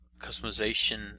customization